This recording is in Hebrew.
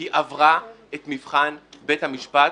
היא עברה את מבחן בית המשפט